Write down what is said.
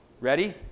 Ready